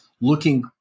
looking